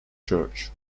church